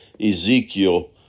Ezekiel